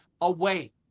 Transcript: away